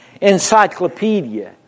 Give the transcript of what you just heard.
encyclopedia